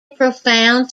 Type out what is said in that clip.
profound